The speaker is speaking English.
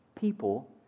people